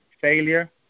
failure